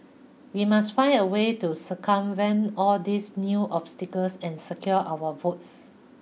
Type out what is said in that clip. we must find a way to circumvent all these new obstacles and secure our votes